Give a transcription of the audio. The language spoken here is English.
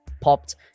popped